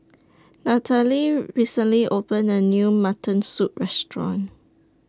Natalee recently opened A New Mutton Soup Restaurant